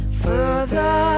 further